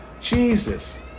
Jesus